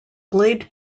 blade